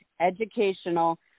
educational